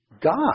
God